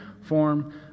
form